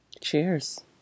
Cheers